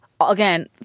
again